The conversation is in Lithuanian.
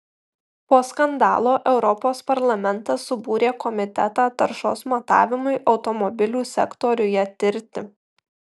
po skandalo europos parlamentas subūrė komitetą taršos matavimui automobilių sektoriuje tirti